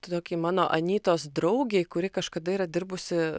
tokiai mano anytos draugei kuri kažkada yra dirbusi